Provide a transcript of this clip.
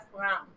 round